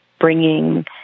bringing